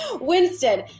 Winston